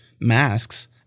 masks